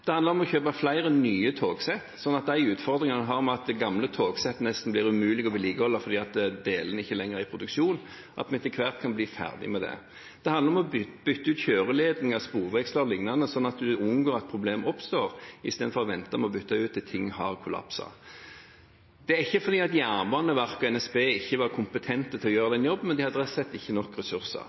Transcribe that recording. Det handler om å kjøpe flere nye togsett, slik at vi etter hvert kan bli ferdig med de utfordringene vi har med at gamle togsett nesten blir umulig å vedlikeholde fordi delene ikke lenger er i produksjon. Det handler om å bytte ut kjøreledninger, sporvekslere og liknende, slik at vi unngår at problemer oppstår, i stedet for å vente med å bytte dem ut til ting har kollapset. Det er ikke fordi Jernbaneverket eller NSB ikke er kompetente til å gjøre den jobben, men de har rett og slett ikke nok ressurser.